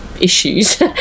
issues